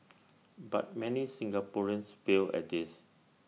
but many Singaporeans fail at this